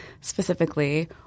specifically